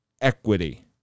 equity